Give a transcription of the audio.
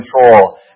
control